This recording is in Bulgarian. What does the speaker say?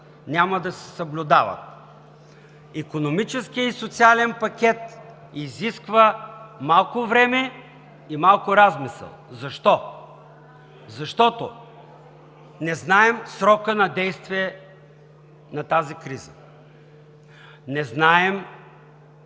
няма да се съблюдават. Икономическият и социален пакет изисква малко време и малко размисъл. Защо? Защото не знаем срока на действие на тази криза, не знаем